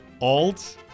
Alt